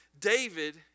David